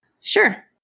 Sure